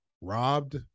robbed